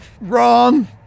Wrong